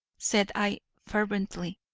said i fervently,